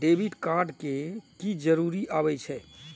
Debit card के की जरूर आवे छै?